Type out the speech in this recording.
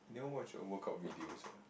you never watch your workour videos ah